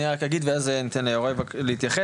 אני רק אגיד ואז אתן ליוראי להתייחס,